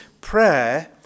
Prayer